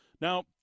Now